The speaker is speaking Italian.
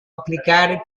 applicare